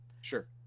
Sure